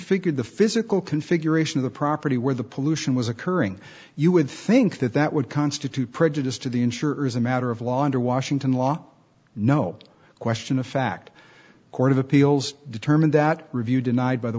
reconfigured the physical configuration of the property where the pollution was occurring you would think that that would constitute prejudice to the insurer is a matter of law under washington law no question of fact a court of appeals determined that review denied by the